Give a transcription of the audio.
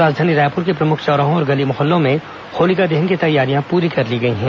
राजधानी रायपुर के प्रमुख चौराहों और गली मोहल्लों में होलिका दहन की तैयारियां पूरी कर ली गई हैं